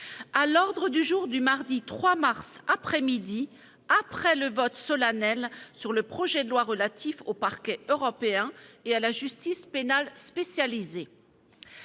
à l'ordre du jour du mardi 3 mars après-midi, après le vote solennel sur le projet de loi relatif au parquet européen et à la justice pénale spécialisée.